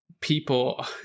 people